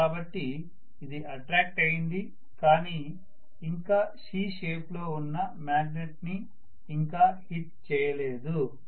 కాబట్టి ఇది అట్ట్రాక్ట్ అయింది కానీ ఇంకా C షేప్ లో ఉన్న మాగ్నెట్ ని ఇంకా హిట్ చేయలేదు